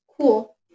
cool